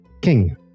King